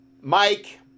Mike